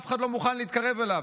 אף אחד לא מוכן להתקרב אליו,